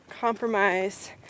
compromise